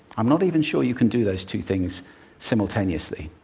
i'm not even sure you can do those two things simultaneously.